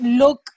look